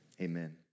amen